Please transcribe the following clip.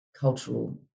cultural